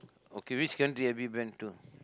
okay which country have you been to